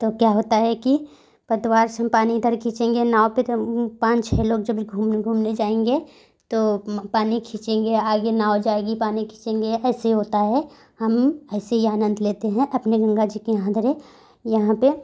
तो क्या होता है कि पतवार से हम पानी इधर खीचेंगे नाव पर तो हम पाँच छः लोग जब भी घूम घूमने जाएंगे तो पानी खीचेंगे आगे नाव जाएगी पानी खीचेंगे ऐसे ही होता है हम ऐसे ही आनंद लेते हैं अपने गंगा जी के अंदर यहाँ पर